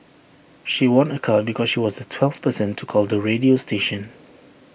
she won A car because she was the twelfth person to call the radio station